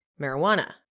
marijuana